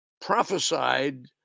prophesied